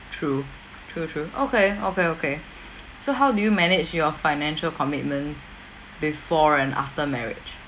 true true true okay okay okay so how do you manage your financial commitments before and after marriage